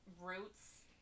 roots